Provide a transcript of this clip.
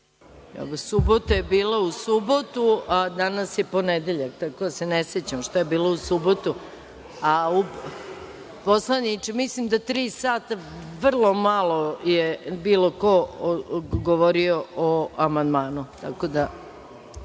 Subota je bila u subotu, a danas je ponedeljak, tako da se ne sećam šta je bilo u subotu. Poslaniče, mislim da je tri sata vrlo malo da je bilo ko govorio o amandmanu.